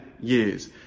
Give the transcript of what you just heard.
years